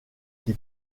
qui